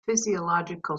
physiological